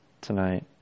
tonight